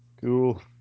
Cool